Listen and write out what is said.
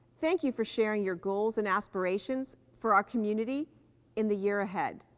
thank you for sharing your goals and aspirations for our community in the year ahead.